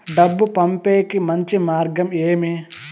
డబ్బు పంపేకి మంచి మార్గం ఏమి